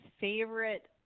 favorite